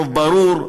רוב ברור,